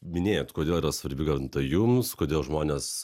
minėjot kodėl yra svarbi gamta jums kodėl žmonės